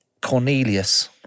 cornelius